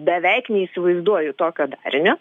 beveik neįsivaizduoju tokio darinio